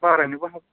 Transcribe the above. बारायनोबो हागौ